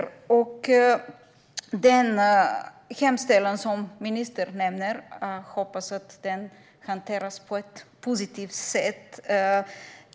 Jag hoppas att den hemställan som ministern nämner hanteras på ett positivt sätt.